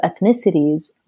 ethnicities